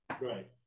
Right